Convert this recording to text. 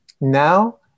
now